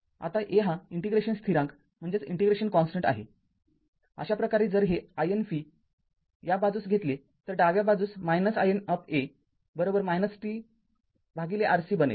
आताA हा इंटिग्रेशन स्थिरांक आहेअशा प्रकारे जर हे ln v या बाजूस घेतले तर डाव्या बाजूस ln tRC बनेल